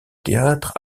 théâtre